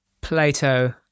Plato